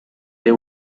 they